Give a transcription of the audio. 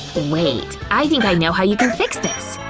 wait, i think i know how you can fix this.